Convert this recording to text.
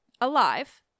alive